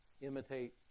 Imitate